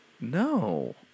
No